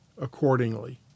accordingly